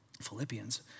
Philippians